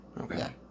Okay